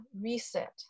reset